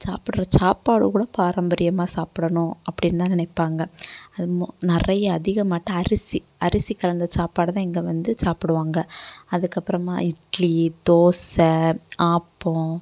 சாப்பிட்ற சாப்பாடு கூட பாரம்பரியமாக தான் சாப்பிடணும் அப்படின்னு தான் நினைப்பாங்க அது மோ நிறைய அதிகமாகிட்டு அரிசி அரிசி கலந்த சாப்பாடு தான் இங்கே வந்து சாப்பிடுவாங்க அதுக்கு அப்புறமா இட்லி தோசை ஆப்பம்